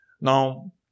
Now